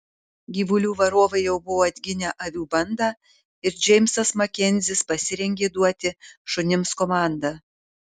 gyvulių varovai jau buvo atginę avių bandą ir džeimsas makenzis pasirengė duoti šunims komandą